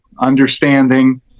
understanding